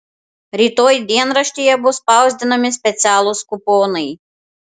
rytoj dienraštyje bus spausdinami specialūs kuponai